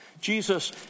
Jesus